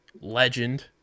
Legend